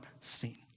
seen